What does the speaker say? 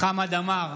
חמד עמאר,